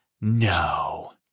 no